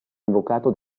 invocato